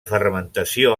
fermentació